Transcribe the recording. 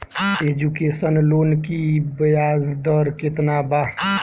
Education loan की ब्याज दर केतना बा?